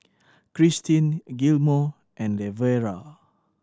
Christin Gilmore and Lavera